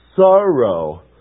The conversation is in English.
sorrow